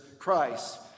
Christ